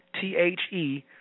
T-H-E